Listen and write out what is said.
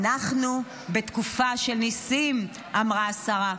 אנחנו בתקופה של ניסים, אמרה השרה,